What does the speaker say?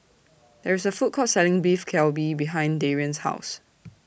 There IS A Food Court Selling Beef Galbi behind Darian's House